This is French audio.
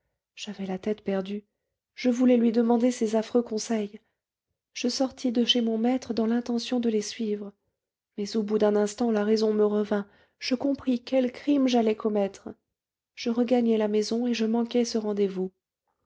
j'avais la tête perdue je voulais lui demander ses affreux conseils je sortis de chez mon maître dans l'intention de les suivre mais au bout d'un instant la raison me revint je compris quel crime j'allais commettre je regagnai la maison et je manquai ce rendez-vous